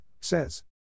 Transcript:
says